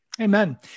Amen